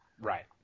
Right